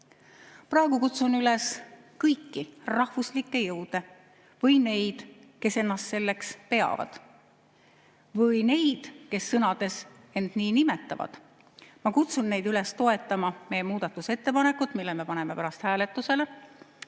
Praegu kutsun üles kõiki rahvuslikke jõude või neid, kes ennast selleks peavad, või neid, kes sõnades end nii nimetavad, toetama meie muudatusettepanekut, mille me paneme pärast hääletusele.